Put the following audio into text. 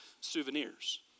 souvenirs